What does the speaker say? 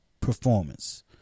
performance